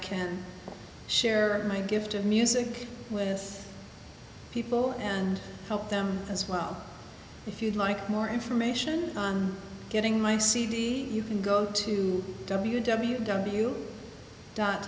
can share my gift of music with people and help them as well if you'd like more information on getting my cd you can go to w w w dot